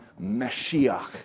Mashiach